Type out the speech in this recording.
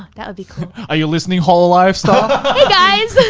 that would be cool. are you listening hololive staff? hi guys.